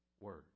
word